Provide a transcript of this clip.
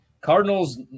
Cardinals